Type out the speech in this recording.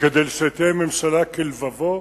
כדי שתהיה ממשלה כלבבו.